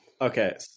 Okay